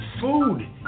food